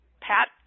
pat